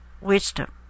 wisdom